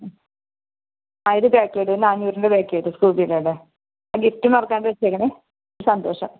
ആ ഇത് പാക്ക് ചെയ്തോ നാനൂറിൻ്റെ പാക്ക് ചെയ്തോ സ്കൂബി ഡേയുടെ ഗിഫ്റ്റ് മറക്കാണ്ട് വെച്ചേക്കണേ സന്തോഷം